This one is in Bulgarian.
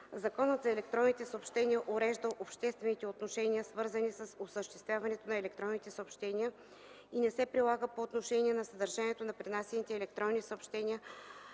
Законът за електронните съобщения урежда обществените отношения, свързани с осъществяването на електронните съобщения, и не се прилага по отношение на съдържанието на пренасяните електронни съобщения,